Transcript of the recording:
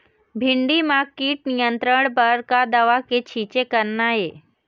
भिंडी म कीट नियंत्रण बर का दवा के छींचे करना ये?